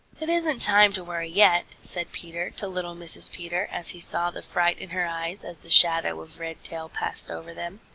it isn't time to worry yet, said peter to little mrs. peter, as he saw the fright in her eyes as the shadow of redtail passed over them.